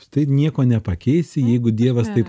štai nieko nepakeisi jeigu dievas taip